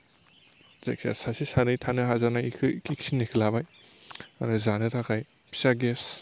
जायखिजाया सासे सानै थानो हाजानाय बेखौ बेखिनिखौ लाबाय आरो जानो थाखाय फिसा गेस